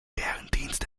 bärendienst